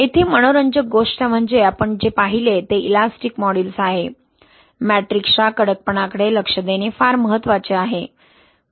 येथे मनोरंजक गोष्ट म्हणजे आपण जे पाहिले ते इलास्टिक मॉड्यूल्स आहे मॅट्रिक्सच्या कडकपणाकडे लक्ष देणे फार महत्वाचे आहे